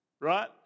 Right